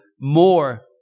more